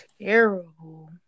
terrible